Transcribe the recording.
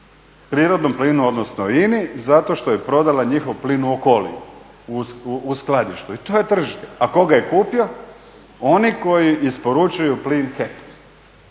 prirodnom plinu odnosno INA-i zato što je prodala njihov plin u Okoli u skladištu i to je tržište. A tko ga je kupio? Oni koji isporučuju plin HEP-u.